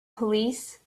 police